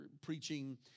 preaching